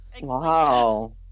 Wow